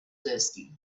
thirsty